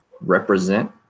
represent